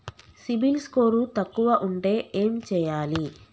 CIBIL score తక్కువ ఉంటే ఏం చేయాలి?